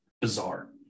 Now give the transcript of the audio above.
bizarre